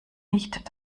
nicht